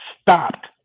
stopped